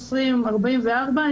2020 44,